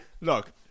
look